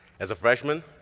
as a freshman,